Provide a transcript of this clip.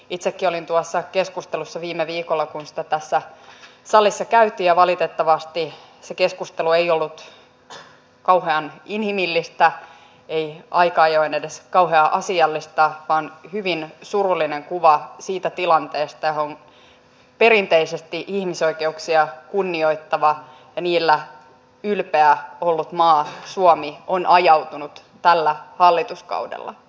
itsekin olin tuossa keskustelussa viime viikolla kun sitä tässä salissa käytiin ja valitettavasti se keskustelu ei ollut kauhean inhimillistä aika ajoin ei edes kauhean asiallista vaan tuli hyvin surullinen kuva siitä tilanteesta johon perinteisesti ihmisoikeuksia kunnioittava ja niillä ylpeillyt maa suomi on ajautunut tällä hallituskaudella